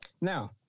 Now